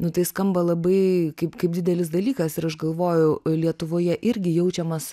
nu tai skamba labai kaip kaip didelis dalykas ir aš galvojau lietuvoje irgi jaučiamas